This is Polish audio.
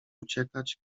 uciekać